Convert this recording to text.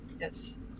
Yes